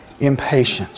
impatience